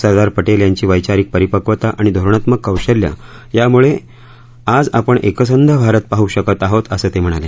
सरदार पटेल यांची वैचा रक प रप वता आणि धोरणा मक कौश य यामुळेव आज आपण एकसंध भारत पाह शकत आहोत असं ते हणाले